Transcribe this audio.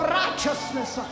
righteousness